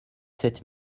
sept